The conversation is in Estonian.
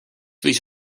võis